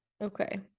okay